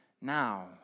now